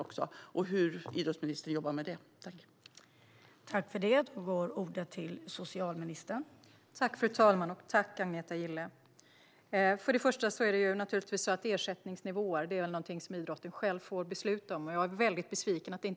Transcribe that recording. Jag undrar hur idrottsministern jobbar med detta.